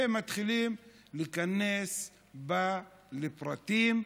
ומתחילים להיכנס בה לפרטים: